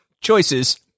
choices